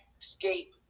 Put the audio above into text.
escape